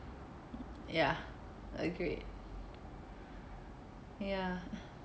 ya agreed ya